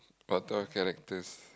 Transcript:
what type of characters